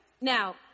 Now